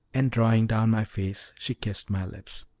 and drawing down my face she kissed my lips.